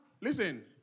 Listen